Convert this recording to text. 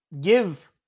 give